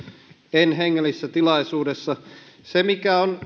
en hengellisessä tilaisuudessa se mikä on